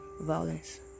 violence